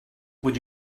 would